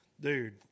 dude